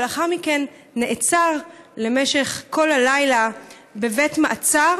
ולאחר מכן נעצר למשך כל הלילה בבית-מעצר,